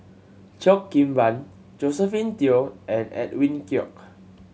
Cheo Kim Ban Josephine Teo and Edwin Koek